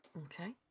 okay